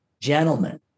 Gentlemen